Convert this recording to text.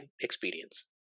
experience